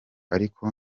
ariko